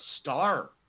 star